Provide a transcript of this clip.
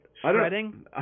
Shredding